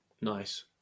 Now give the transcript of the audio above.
Nice